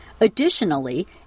Additionally